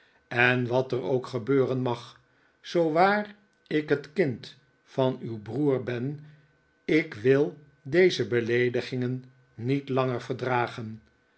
en wat er ook gebeuren mag zoo waar ik het kind van uw broer ben ik wil deze beleedigingen niet langer verdragen